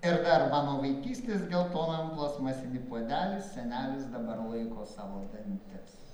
ir per mano vaikystės geltonam plastmasiny puodely senelis dabar laiko savo dantis